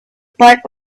part